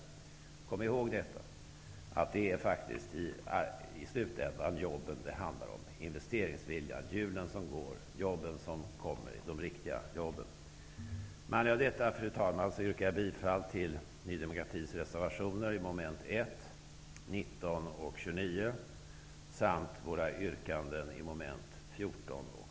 Kom ihåg att det i slutändan handlar om de riktiga jobben, investeringsviljan, hjulen som går. Med anledning av detta, fru talman, yrkar jag bifall till Ny demokratis reservationer till mom. 1, 19 och